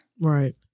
right